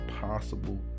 possible